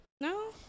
no